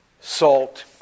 salt